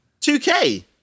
2K